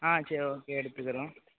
சரி ஓகே எடுத்துக்கிறோம்